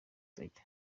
tujya